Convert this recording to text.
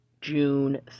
June